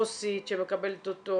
עו"סית שמקבלת אותו,